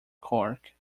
cork